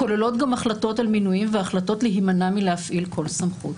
כוללות גם החלטות על מינויים והחלטות להימנע מלהפעיל כל סמכות.